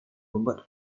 membuat